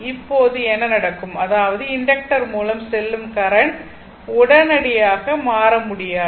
இப்போது என்ன நடக்கும் அதாவது இண்டக்டர் மூலம் செல்லும் கரண்ட் உடனடியாக மாற முடியாது